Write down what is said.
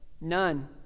None